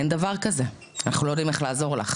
אין דבר כזה, אנחנו לא יודעים איך לעזור לך.